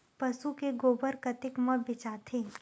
पशु के गोबर कतेक म बेचाथे?